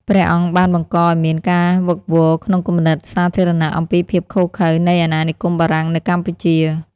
ព្រះអង្គបានបង្កឲ្យមានការវឹកវរក្នុងគំនិតសាធារណៈ អំពីភាពឃោរឃៅនៃអាណានិគមបារាំងនៅកម្ពុជា។